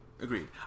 agreed